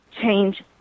change